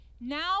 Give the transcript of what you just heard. now